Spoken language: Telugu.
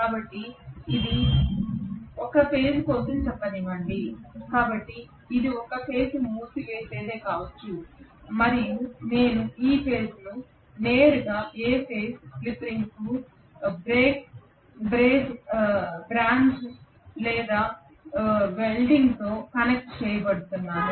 కాబట్టి ఇది ఒక ఫేజ్ కోసం చెప్పనివ్వండి కాబట్టి ఇది ఒక ఫేజ్ మూసివేసేది కావచ్చు మరియు నేను ఈ ఫేజ్ను నేరుగా A ఫేజ్ స్లిప్ రింగ్కు బ్రేజ్డ్ లేదా వెల్డింగ్తో కనెక్ట్ చేయబోతున్నాను